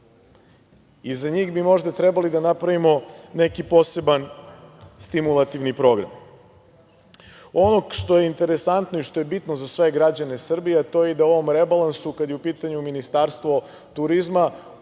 i za njih bi možda trebalo da napravimo neki poseban stimulativni program. Ono što je interesantno i što je bitno za sve građane Srbije, to je da u ovom rebalansu, kada je u pitanju Ministarstvo turizma,